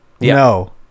No